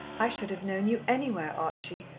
i should have known you anywhere, archie.